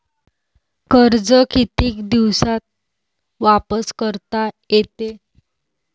कर्ज कितीक दिवसात वापस करता येते?